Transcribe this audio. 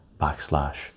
backslash